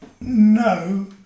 No